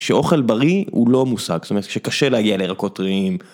שאוכל בריא הוא לא מושג, זאת אומרת שקשה להגיע לירקות טריים.